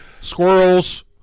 squirrels